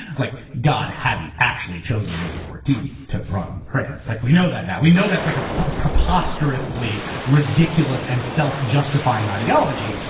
like, god hadn't actually chosen louis fourteenth to run france like we know that now we know that's like a preposterously ridiculous and self-justifying ideology,